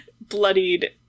bloodied